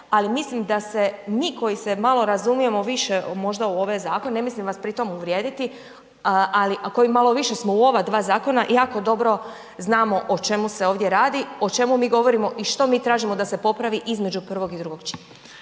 ali mislim da se mi koji se malo razumijemo više možda u ove zakone, ne mislim vas pritom uvrijediti ali koji malo više smo u ova dva zakona, jako dobro znamo o čemu se ovdje radi, o čemu mi govorimo i što mi tražimo da se popravi između prvog i drugog čitanja.